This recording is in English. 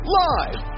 live